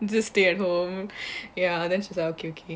just stay at home ya then she's like okay okay